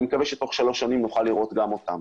מקווה שתוך שלוש שנים נוכל לראות גם אותם,